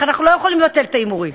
אך אנחנו לא יכולים לבטל את ההימורים.